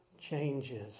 changes